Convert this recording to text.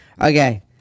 Okay